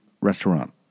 restaurant